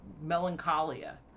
melancholia